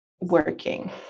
working